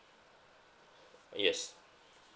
uh yes